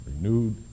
renewed